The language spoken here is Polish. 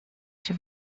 się